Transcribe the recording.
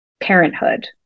parenthood